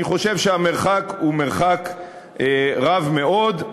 אני חושב שהמרחק הוא מרחק רב מאוד.